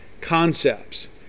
concepts